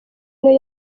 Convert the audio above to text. niyo